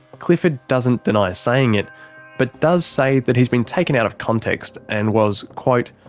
clifford doesn't deny saying it but does say that he's been taken out of context and was quote,